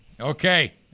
okay